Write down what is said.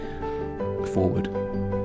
forward